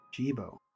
Jibo